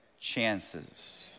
chances